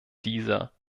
dieser